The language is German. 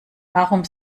warum